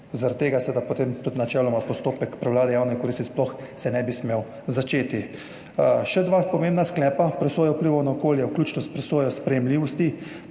Zaradi tega se potem seveda načeloma tudi postopek prevlade javne koristi sploh ne bi smel začeti. Še dva pomembna sklepa presoje vplivov na okolje, vključno s presojo sprejemljivosti